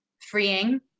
freeing